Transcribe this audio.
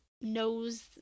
knows